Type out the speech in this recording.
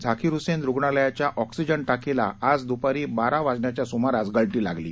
झाकीर हसेन रुग्णालयाच्या ऑक्सिजन टाकीला आज दुपारी बारा वाजेच्या सुमारास गळती लागली